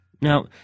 Now